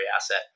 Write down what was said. asset